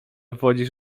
wodzisz